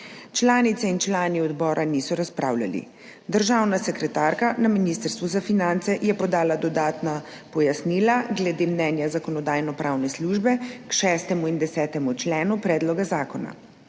Članice in člani odbora niso razpravljali. Državna sekretarka na Ministrstvu za finance je podala dodatna pojasnila glede mnenja Zakonodajno-pravne službe k 6. in 10. členu predloga zakona.